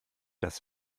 das